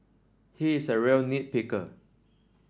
he is a real nit picker